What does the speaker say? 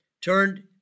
turned